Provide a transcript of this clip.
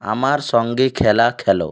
আমার সঙ্গে খেলা খেল